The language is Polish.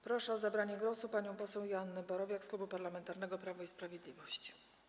Proszę o zabranie głosu panią poseł Joannę Borowiak z Klubu Parlamentarnego Prawo i Sprawiedliwość.